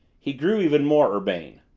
he grew even more urbane.